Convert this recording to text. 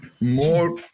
more